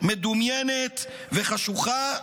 מדומיינת וחשוכה,